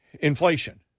inflation